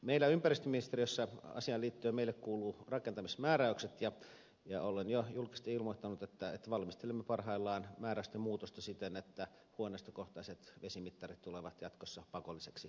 meille ympäristöministeriössä kuuluvat asiaan liittyen rakentamismääräykset ja olen jo julkisesti ilmoittanut että valmistelemme parhaillaan määräysten muutosta siten että huoneistokohtaiset vesimittarit tulevat jatkossa pakollisiksi uudisrakentamisessa